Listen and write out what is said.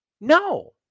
No